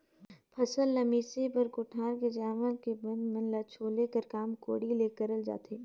फसिल ल मिसे बर कोठार मे जामल बन मन ल छोले कर काम कोड़ी ले करल जाथे